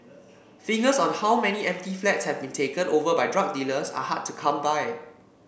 figures on how many empty flats have been taken over by drug dealers are hard to come by